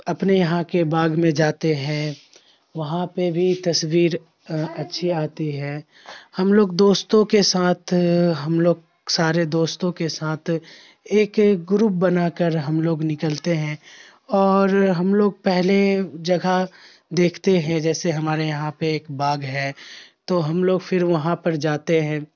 اپنے یہاں کے باغ میں جاتے ہیں وہاں پہ بھی تصویر اچھی آتی ہے ہم لوگ دوستوں کے ساتھ ہم لوگ سارے دوستوں کے ساتھ ایک ایک گروپ بنا کر ہم لوگ نکلتے ہیں اور ہم لوگ پہلے جگہ دیکھتے ہیں جیسے ہمارے یہاں پہ ایک باغ ہے تو ہم لوگ پھر وہاں پر جاتے ہیں